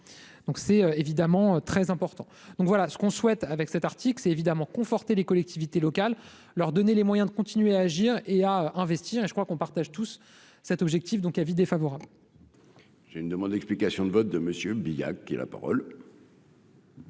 donc c'est évidemment très important, donc voilà ce qu'on souhaite, avec cet article, c'est évidemment conforter les collectivités locales, leur donner les moyens de continuer à agir et à investir, et je crois qu'on partage tous cet objectif, donc : avis défavorable. J'ai une demande d'explication de vote de Monsieur Biya qui la parole.